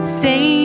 say